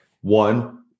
one